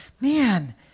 man